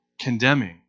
condemning